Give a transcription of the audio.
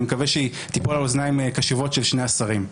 מקווה שהיא תיפול על אוזניים קשובות של שני השרים.